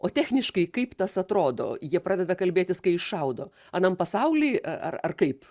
o techniškai kaip tas atrodo jie pradeda kalbėtis kai šaudo anam pasauly a ar ar kaip